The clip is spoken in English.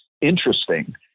interesting